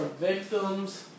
victims